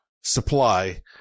supply